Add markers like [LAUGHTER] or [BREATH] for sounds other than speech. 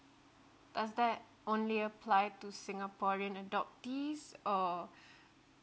does that only applied to singaporean adoptees or [BREATH]